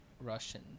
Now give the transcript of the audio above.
Russian